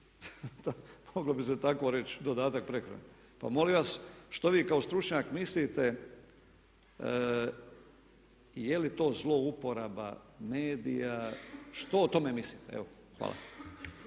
Moglo bi se tako reći, dodatak prehrani. Pa molim vas, što vi kao stručnjak mislite je li to zlouporaba medija, što o tome mislite evo. Hvala.